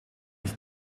ich